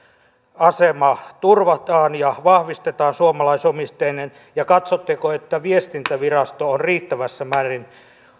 asema turvataan ja vahvistetaan suomalaisomisteisuutta ja katsotteko että viestintävirasto on riittävässä määrin